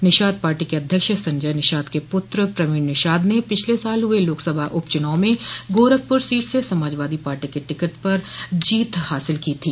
Nishad party के अध्यक्ष संजय निषाद के पुत्र प्रवीण निषाद पिछले साल हुए लोकसभा के उपचुनाव में गोरखपुर सीट से समाजवादी पार्टी के टिकट पर जीत हासिल की थी